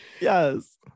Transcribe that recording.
yes